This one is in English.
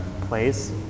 place